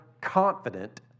confident